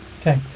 Okay